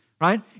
right